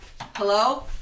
Hello